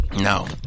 No